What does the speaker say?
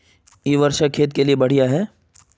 इ वर्षा खेत के लिए बढ़िया है?